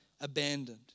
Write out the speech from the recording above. abandoned